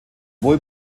wohl